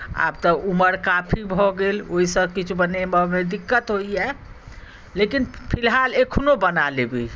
आब तऽ उम्र काफी भऽ गेल ओहिसँ किछु बनेबामे दिक्कत होइए लेकिन फिलहाल एखनो बना लेबै